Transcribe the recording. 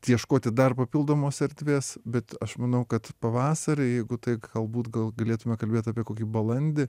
ieškoti dar papildomos erdvės bet aš manau kad pavasarį jeigu tai galbūt gal galėtume kalbėt apie kokį balandį